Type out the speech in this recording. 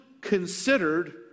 considered